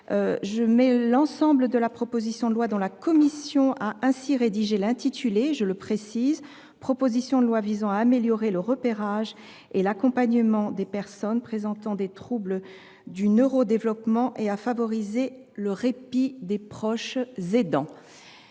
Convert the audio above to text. modifié, l’ensemble de la proposition de loi dont la commission a ainsi rédigé l’intitulé : proposition de loi visant à améliorer le repérage et l’accompagnement des personnes présentant des troubles du neuro développement et à favoriser le répit des proches aidants.